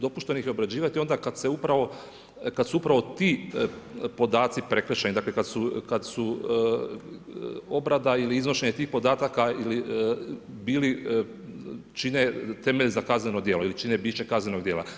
Dopušteno ih je obrađivati onda kad su upravo ti podaci prekršajni, dakle kad su obrada ili iznošenje tih podataka bili, čine temelj za kazneno djelo ili čine biće kazneno djela.